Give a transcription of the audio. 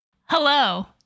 Hello